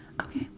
Okay